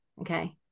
Okay